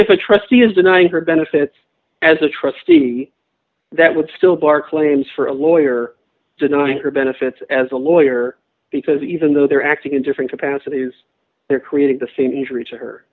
if a trustee is denying her benefits as a trustee that would still bar claims for a lawyer denying her benefits as a lawyer because even though they're acting in different capacities they're creating the same injury to her